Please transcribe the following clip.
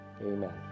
Amen